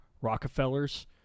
Rockefellers